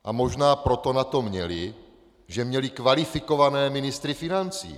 A možná proto na to měly, že měly kvalifikované ministry financí.